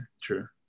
true